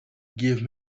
give